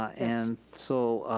and so.